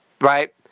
right